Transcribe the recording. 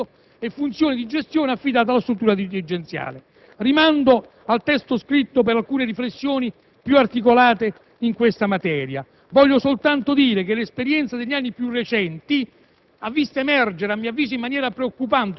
tra funzione di indirizzo e di controllo dell'organo politico e funzione di gestione affidata ad una struttura dirigenziale. Rimando al testo scritto per alcune riflessioni più articolate in questa materia. Voglio soltanto dire che l'esperienza degli anni più recenti